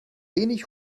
wenig